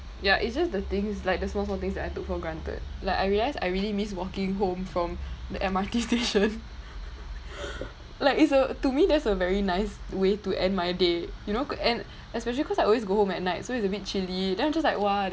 ya it's just the things like the small small things that I took for granted like I realised I really miss walking home from the M_R_T station like it's uh to me there's a very nice way to end my day you know and especially cause I always go home at night so it's a bit chilly then I'm just like !wah!